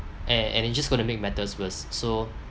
and and it's just going to make matters worse so